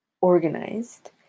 organized